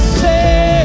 say